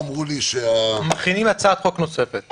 מכינים הצעת חוק נוספת...